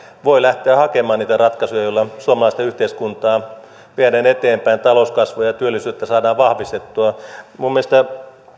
voi lähteä hakemaan niitä ratkaisuja joilla suomalaista yhteiskuntaa viedään eteenpäin talouskasvua ja ja työllisyyttä saadaan vahvistettua minun mielestäni